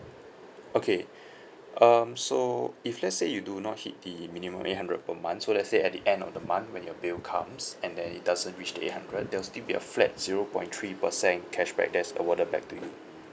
okay um so if let's say you do not hit the minimum eight hundred per month so let's say at the end of the month when your bill comes and then it doesn't reach the eight hundred there will still be a flat zero point three percent cashback that is awarded back to you